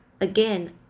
Again